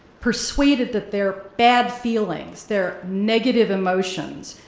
persuaded that their bad feelings, their negative emotions,